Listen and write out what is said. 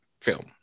film